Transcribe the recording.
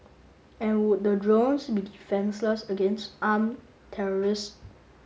and would the drones be defenceless against armed terrorists